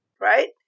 Right